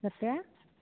कतेक